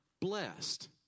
blessed